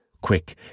Quick